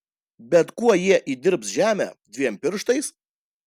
bet kuo jie įdirbs žemę dviem pirštais